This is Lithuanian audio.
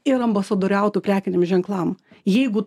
ir ambasadoriautų prekiniam ženklam jeigu